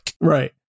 Right